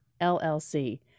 LLC